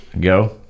Go